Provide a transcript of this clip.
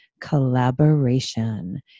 collaboration